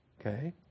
Okay